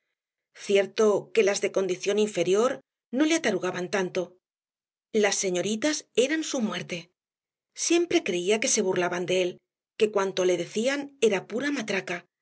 cierto que las de condición inferior no le atarugaban tanto las señoritas eran su muerte siempre creía que se burlaban de él que cuanto le decían era pura matraca